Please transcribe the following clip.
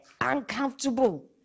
uncomfortable